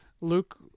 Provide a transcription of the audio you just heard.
Luke